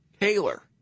Taylor